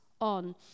on